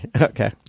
Okay